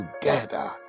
together